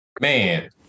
Man